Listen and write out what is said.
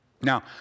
Now